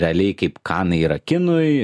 realiai kaip kanai yra kinui